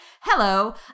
hello